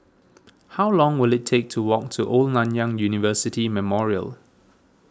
how long will it take to walk to Old Nanyang University Memorial